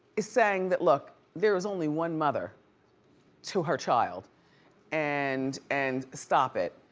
is saying that look, there is only one mother to her child and and stop it.